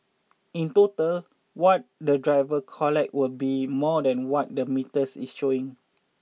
in total what the driver collect will be more than what the metres is showing